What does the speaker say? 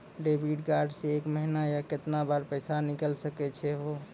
Debit card से एक महीना मा केतना बार पैसा निकल सकै छि हो?